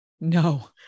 no